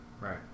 right